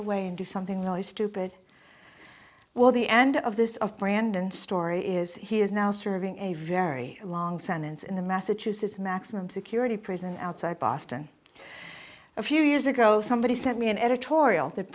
away and do something really stupid well the end of this of brandon story is he is now serving a very long sentence in the massachusetts maximum security prison outside boston a few years ago somebody sent me an editorial that